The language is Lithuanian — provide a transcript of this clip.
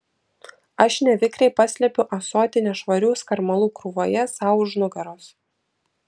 aš nevikriai paslepiu ąsotį nešvarių skarmalų krūvoje sau už nugaros